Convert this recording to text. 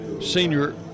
senior